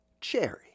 Cherry